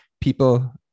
people